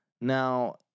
Now